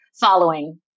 following